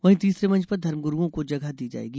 वहीं तीसरे मंच पर धर्मगुरूओं को जगह दी जायेगी